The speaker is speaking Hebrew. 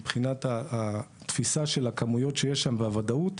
מבחינת התפיסה של הכמויות שיש שם והוודאות,